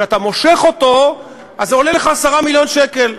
כשאתה מושך אותו, אז זה עולה לך 10 מיליון שקל.